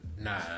Nah